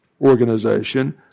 organization